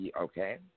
Okay